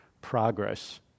progress